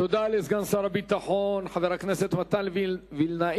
תודה לסגן שר הביטחון חבר הכנסת מתן וילנאי.